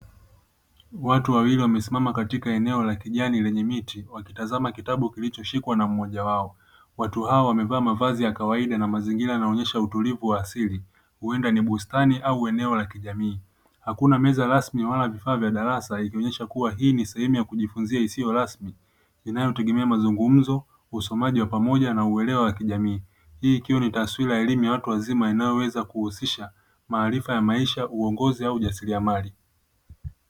Watu wawili wamesimama katika eneo la kijani lenye miti wakitazama kitabu kilichoshikwa na mmoja wao. Watu hawa wamevaa mavazi ya kawaida na mazingira yanaonesha utulivu wa asili uenda ni bustani ua eneo la kijamii. Hakuna meza rasmi wala vifaa vya darasa ikionyesa kuwa hii ni sehemu ya kujifunzia isiyo rasmi inayotegemea mazungumo, usomaji wa pamoja na uelewa wa kijamii. Hii ikiwa ni taswira ya elimu ysa watu wazima inayoweza kuhusisha maarifa ya maisha, uongozi au ujasiliamali.